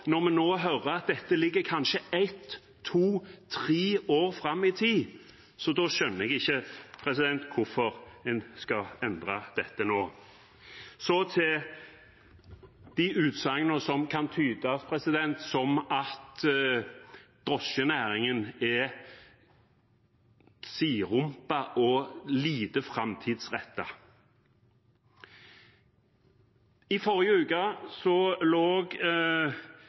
når vi hører at dette kanskje ligger ett, to eller tre år fram i tid. Da skjønner jeg ikke hvorfor man skal endre dette nå. Til de utsagnene som kan tydes som at drosjenæringen er sidrumpa og lite framtidsrettet: I forrige uke lå